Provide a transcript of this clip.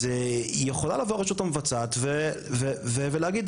אז יכולה לבוא הרשות המבצעת ולהגיד,